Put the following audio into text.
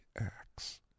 acts